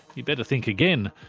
he'd better think again.